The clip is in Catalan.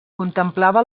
contemplava